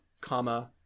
comma